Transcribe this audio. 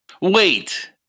Wait